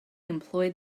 employed